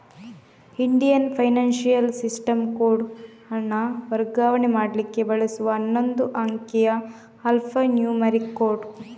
Indian financial system code ಹಣ ವರ್ಗಾವಣೆ ಮಾಡ್ಲಿಕ್ಕೆ ಬಳಸುವ ಹನ್ನೊಂದು ಅಂಕಿಯ ಆಲ್ಫಾ ನ್ಯೂಮರಿಕ್ ಕೋಡ್